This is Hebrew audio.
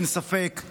אין ספק כי